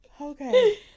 Okay